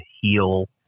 heal